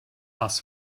was